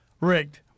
rigged